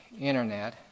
internet